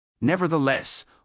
Nevertheless